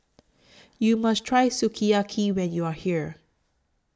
YOU must Try Sukiyaki when YOU Are here